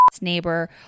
Neighbor